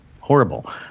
horrible